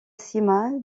sima